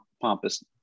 pompous